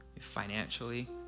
financially